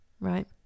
Right